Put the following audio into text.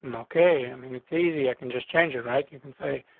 and okay. i mean, it's easy. i can just change it, right? you can say,